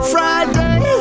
Friday